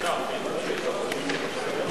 (תגמולים ליתום משני הוריו),